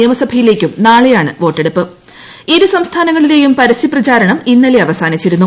നിയമസഭയിലേക്കും ന്റിളെയാണ് ഇരു സംസ്ഥാനങ്ങളിലെയുള്ളൂർ പരസ്യപ്രചാരണം ഇന്നലെ അവസാനിച്ചിരുന്നു